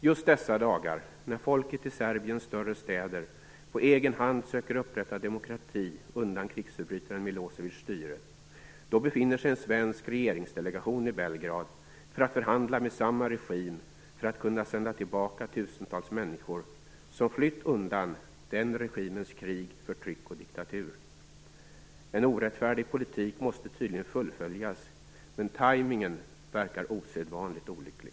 Just i dessa dagar, när folket i Serbiens större städer på egen hand söker upprätta demokrati undan krigsförbrytaren Milosevics styre, befinner sig en svensk regeringsdelegation i Belgrad för att förhandla med samma regim för att kunna sända tillbaka tusentals människor som flytt undan den regimens krig, förtryck och diktatur. En orättfärdig politik måste tydligen fullföljas, men tajmningen verkar osedvanligt olycklig.